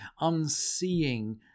unseeing